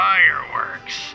Fireworks